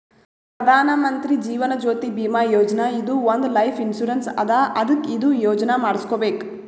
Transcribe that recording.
ಪ್ರಧಾನ್ ಮಂತ್ರಿ ಜೀವನ್ ಜ್ಯೋತಿ ಭೀಮಾ ಯೋಜನಾ ಇದು ಒಂದ್ life insurance ಅದಾ ಅದ್ಕ ಇದು ಯೋಜನಾ ಮಾಡುಸ್ಕೊಬೇಕ್